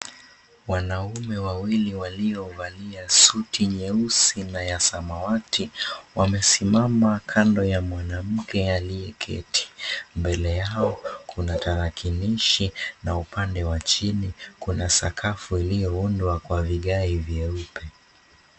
Wanaume wawili waliovalia suti nyeusi na ya samawati wamesimama kando ya mwanamke aliyeketi. Mbele yao kuna tarakilishi na upande wa chini kuna sakafu iliyoundwa kwa vigae vyeupe.